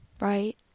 right